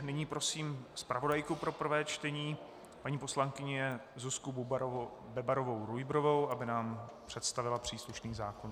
Nyní prosím zpravodajku pro prvé čtení paní poslankyni Zuzku Bebarovou Rujbrovou, aby nám představila příslušný zákon.